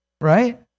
right